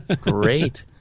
great